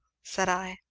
said i.